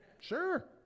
sure